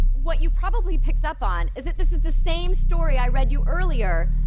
what you probably picked up on is that this is the same story i read you earlier,